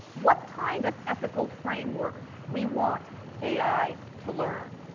what kind of ethical framework we want ai to learn.